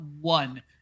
one